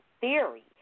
theory